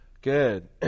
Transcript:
Good